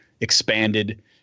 expanded